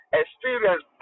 experience